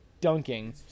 dunking